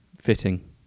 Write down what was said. Fitting